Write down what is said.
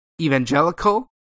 Evangelical